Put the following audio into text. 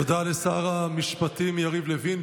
תודה לשר המשפטים יריב לוין.